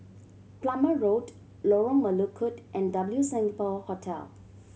Plumer Road Lorong Melukut and W Singapore Hotel